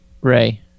Ray